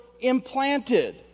implanted